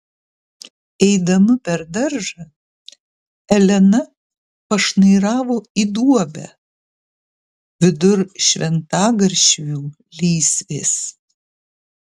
eidama per daržą elena pašnairavo į duobę vidur šventagaršvių lysvės